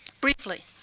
Briefly